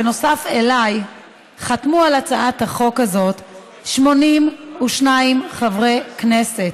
בנוסף אליי חתמו על הצעת החוק הזאת 82 חברי כנסת,